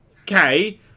Okay